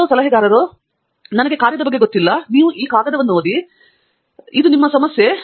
ಕೆಲವು ಸಲಹಾಕಾರರು ನಾನು ಕಾರ್ಯದ ಬಗ್ಗೆ ಹೋಗುತ್ತಿಲ್ಲ ನೀವು ಕಾಗದವನ್ನು ಓದಿ ಇದು ನಿಮ್ಮ ಸಮಸ್ಯೆ